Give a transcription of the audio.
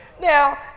Now